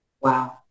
Wow